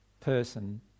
person